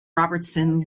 robertson